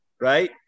right